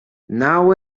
now